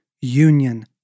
union